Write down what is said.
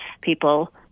people